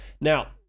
Now